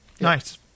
Nice